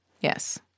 Yes